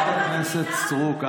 סליחה,